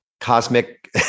cosmic